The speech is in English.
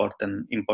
important